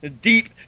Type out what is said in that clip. deep